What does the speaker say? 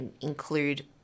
include